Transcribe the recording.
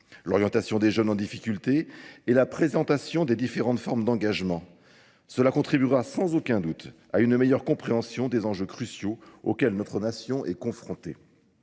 L'orientation des jeunes en difficulté et la présentation des différentes formes d'engagement. Cela contribuera sans aucun doute à une meilleure compréhension des enjeux cruciaux auxquels notre nation est confrontée.